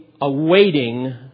awaiting